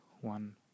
one